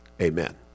amen